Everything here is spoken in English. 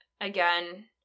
again